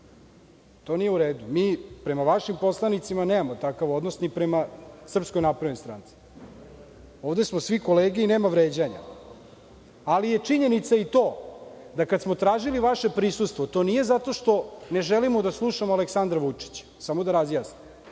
To nije u redu. Mi prema vašim poslanicima nemamo takav odnos, ni prema Srpskoj naprednoj stranci. Ovde smo svi kolege i nema vređanja, ali je činjenica i to, da kada smo tražili vaše prisustvo, to nije zato što ne želimo da slušamo Aleksandra Vučića, nama je